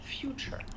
future